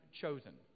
chosen